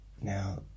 now